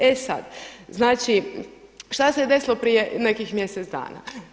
E sada, znači, što se desilo prije nekih mjesec dana?